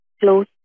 close